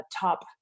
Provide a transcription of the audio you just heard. top